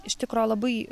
iš tikro labai